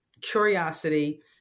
curiosity